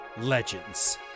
Legends